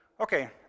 Okay